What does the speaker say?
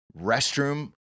restroom